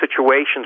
situations